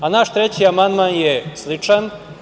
Naš treći amandman je sličan.